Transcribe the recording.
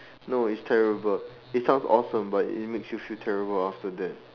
no it's terrible it sounds awesome but it makes you feel terrible after that